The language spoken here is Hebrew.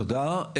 תודה.